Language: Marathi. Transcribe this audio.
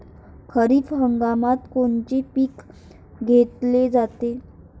खरिप हंगामात कोनचे पिकं घेतले जाते?